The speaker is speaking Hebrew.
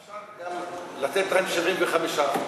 אפשר לתת להם 75%,